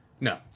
no